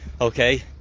okay